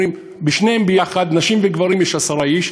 אומרים: בשניהם יחד, נשים וגברים, יש עשרה איש.